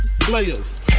players